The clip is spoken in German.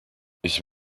ich